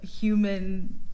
human